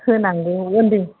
होनांगौ ओन्दै